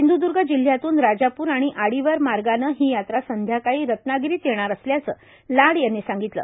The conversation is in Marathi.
सिंध्दूर्ग जिल्ह्यातून राजापूर आणि आडिवर मार्गानं ही यात्रा संध्याकाळी रत्नागिरीत येणार असल्याचं लाड यांनी सांगितलं